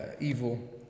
evil